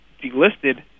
delisted